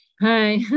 Hi